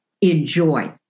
enjoy